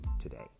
today